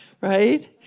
right